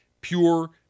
pure